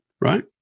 right